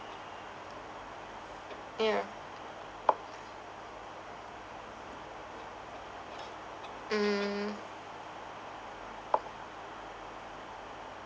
yeah mm